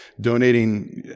donating